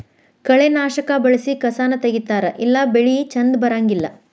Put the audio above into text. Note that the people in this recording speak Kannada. ಕಳೆನಾಶಕಾ ಬಳಸಿ ಕಸಾನ ತಗಿತಾರ ಇಲ್ಲಾ ಬೆಳಿ ಚಂದ ಬರಂಗಿಲ್ಲಾ